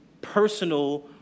personal